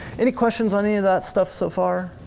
any questions on any of that stuff so far?